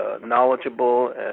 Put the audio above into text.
knowledgeable